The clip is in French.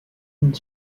une